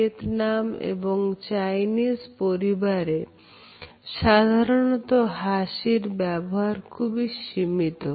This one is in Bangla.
ভিয়েতনাম এবং চাইনিজ পরিবারে সাধারণত হাসির ব্যবহার খুবই সীমিত